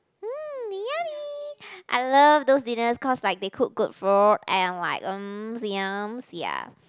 mm yummy I love those dinners cause like they cook good food and like mm yums ya